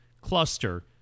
cluster